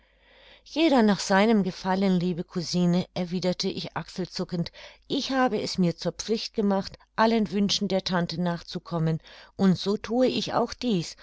jeder nach seinem gefallen liebe cousine erwiederte ich achselzuckend ich habe es mir zur pflicht gemacht allen wünschen der tante nachzukommen und so thue ich auch dies